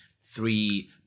three